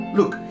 look